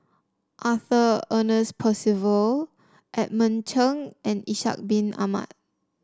Arthur Ernest Percival Edmund Cheng and Ishak Bin Ahmad